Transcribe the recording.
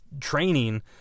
training